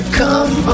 come